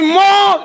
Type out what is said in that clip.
more